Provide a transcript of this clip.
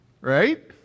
Right